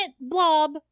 blob